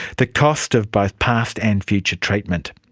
the cost of both past and future treatment.